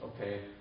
okay